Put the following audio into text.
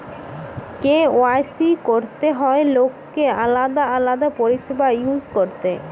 KYC করতে হয় লোককে আলাদা আলাদা পরিষেবা ইউজ করতে